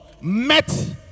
met